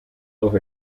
over